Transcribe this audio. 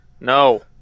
No